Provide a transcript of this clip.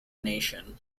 nation